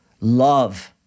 Love